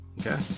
okay